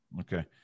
okay